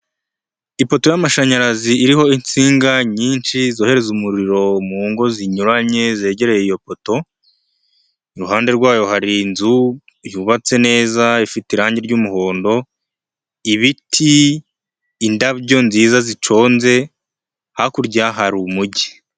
Ipoto y'amashanyarazi iriho insinga nyinshi zohereza umuriro mu ngo zinyuranye zegereye iyo poto, iruhande rwayo hari inzu yubatse neza, ifite irangi ry'umuhondo, ibiti, indabyo nziza ziconze, hakurya hari Umujyi.